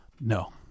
no